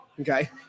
Okay